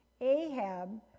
Ahab